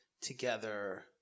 together